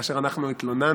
כאשר אנחנו התלוננו